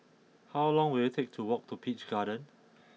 how long will it take to walk to Peach Garden